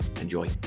Enjoy